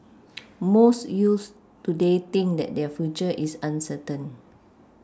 most youths today think that their future is uncertain